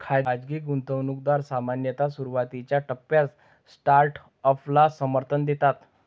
खाजगी गुंतवणूकदार सामान्यतः सुरुवातीच्या टप्प्यात स्टार्टअपला समर्थन देतात